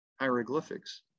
hieroglyphics